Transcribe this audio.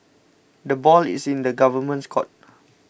the ball is in the government's court